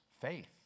Faith